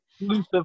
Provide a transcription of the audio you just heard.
Exclusive